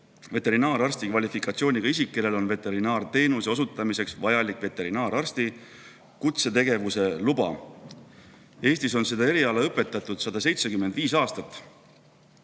veterinaararsti kvalifikatsiooniga isik, kellel on veterinaarteenuse osutamiseks vajalik veterinaararsti kutsetegevuse luba. Eestis on seda eriala õpetatud 175 aastat.